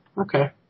okay